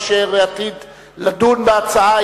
אשר עתיד לדון בהצעה,